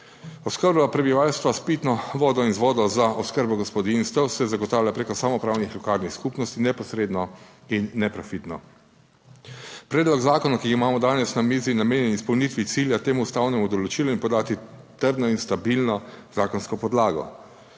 Oskrba prebivalstva s pitno vodo in z vodo za oskrbo gospodinjstev se zagotavlja preko samoupravnih lokalnih skupnosti neposredno in neprofitno. Predlog zakona, ki ga imamo danes na mizi je namenjen izpolnitvi cilja temu ustavnemu določilu in podati trdno in stabilno zakonsko podlago.